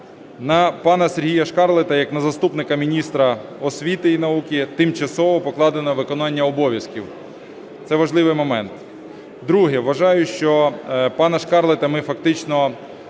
На пана Сергія Шкарлета як на заступника міністра освіти і науки тимчасово покладено виконання обов'язків, це важливий момент. Друге. Вважаю, що пана Шкарлета ми фактично